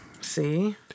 See